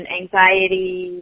anxiety